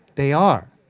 they are.